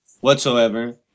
whatsoever